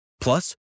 plus